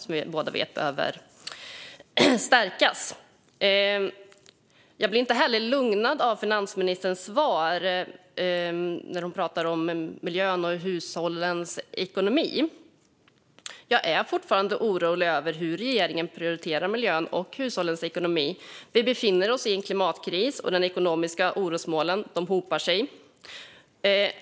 Vi vet båda att försvaret behöver stärkas. Jag blir inte heller lugnad av finansministerns svar när hon talar om miljön och hushållens ekonomi. Jag är fortfarande orolig för hur regeringen prioriterar miljön och hushållens ekonomi. Vi befinner oss i en klimatkris, och de ekonomiska orosmolnen hopar sig.